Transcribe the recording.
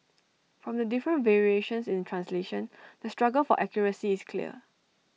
from the different variations in translation the struggle for accuracy is clear